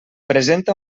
presenta